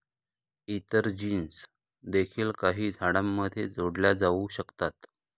इतर जीन्स देखील काही झाडांमध्ये जोडल्या जाऊ शकतात